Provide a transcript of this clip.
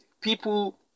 people